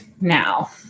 now